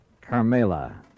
Carmela